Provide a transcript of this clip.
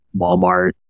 Walmart